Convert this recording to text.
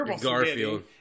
Garfield